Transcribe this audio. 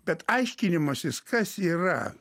bet aiškinimasis kas yra